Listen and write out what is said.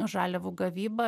žaliavų gavyba